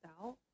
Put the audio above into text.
out